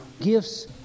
gifts